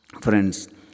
Friends